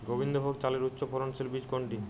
গোবিন্দভোগ চালের উচ্চফলনশীল বীজ কোনটি?